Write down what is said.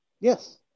Yes